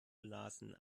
lasen